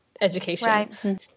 education